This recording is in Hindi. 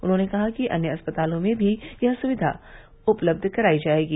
उन्होंने कहा कि अन्य अस्पतालों में भी यह सुविधा उपलब्ध करायी जायेगी